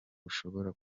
bushobora